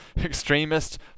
extremist